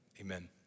Amen